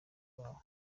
babo